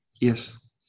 Yes